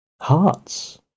hearts